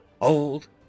old